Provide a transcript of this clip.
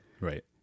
Right